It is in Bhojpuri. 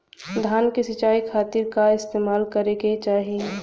धान के सिंचाई खाती का इस्तेमाल करे के चाही?